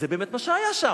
זה באמת מה שהיה שם,